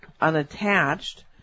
unattached